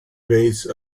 base